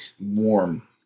warm